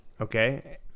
okay